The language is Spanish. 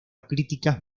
críticas